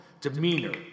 demeanor